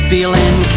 Feeling